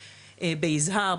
ביזהר,